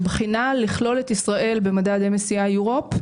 על בחינה לכלול את ישראל במדד ה-MSCI אירופה